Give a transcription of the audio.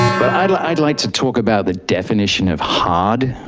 but i'd like i'd like to talk about the definition of hard,